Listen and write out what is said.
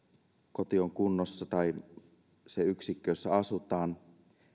koti on kunnossa tai se yksikkö jossa asutaan